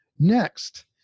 Next